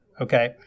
okay